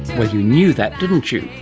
but you knew that, didn't you,